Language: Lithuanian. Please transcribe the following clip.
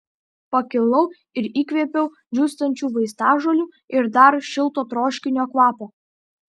pakilau ir įkvėpiau džiūstančių vaistažolių ir dar šilto troškinio kvapo